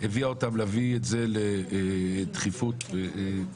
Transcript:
הביא אותם להביא את זה לדחיפות מיידית,